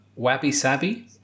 Wabby-sabby